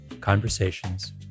Conversations